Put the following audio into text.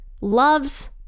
loves